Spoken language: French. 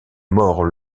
mort